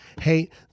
hate